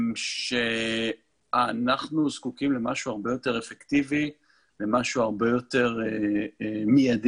היא שאנחנ ו זקוקים למשהו הרבה יותר אפקטיבי ולמשהו הרבה יותר מיידי.